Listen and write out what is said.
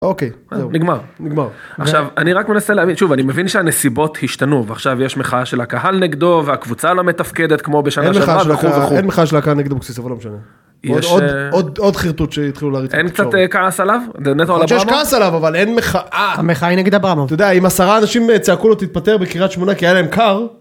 אוקיי, נגמר, נגמר. עכשיו אני רק מנסה להבין שוב אני מבין שהנסיבות השתנו ועכשיו יש מחאה של הקהל נגדו והקבוצה לא מתפקדת כמו בשנה שעברה. אין מחאה של הקבוצה נגדו אבל לא משנה.יש... עוד עוד עוד עוד חרטוט שיתחילו להריץ כעס עליו אבל אין מחאה מחאה נגד אברהם אתה יודע אם עשרה אנשים צעקו לו תתפטר בקריאת שמונה כי היה להם קר.